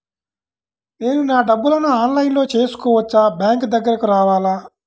నేను నా డబ్బులను ఆన్లైన్లో చేసుకోవచ్చా? బ్యాంక్ దగ్గరకు రావాలా?